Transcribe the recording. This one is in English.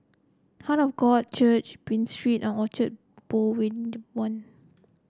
heart of God Church Buroh Street and Orchard Boulevard